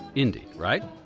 indie, right?